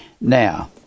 Now